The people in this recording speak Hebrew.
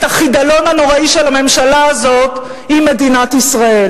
החידלון הנוראי של הממשלה הזאת עם מדינת ישראל.